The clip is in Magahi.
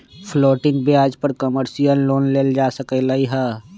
फ्लोटिंग ब्याज पर कमर्शियल लोन लेल जा सकलई ह